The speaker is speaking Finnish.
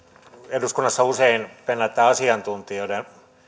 eduskunnassa usein penätään asiantuntijoiden